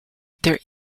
there